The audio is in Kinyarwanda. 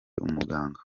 umuganga